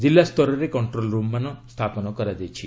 ଜିଲ୍ଲାସ୍ତରରେ କଣ୍ଟ୍ରୋଲ ରୁମ୍ମାନ ସ୍ଥାପନ କରାଯାଇଛି